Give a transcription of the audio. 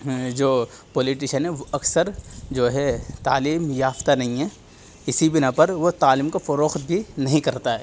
جو پولییٹشن ہے وہ اکثر جو ہے تعلیم یافتہ نہیں ہیں اسی بنا پر وہ تعلیم کو فروخت بھی نہیں کرتا ہے